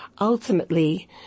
ultimately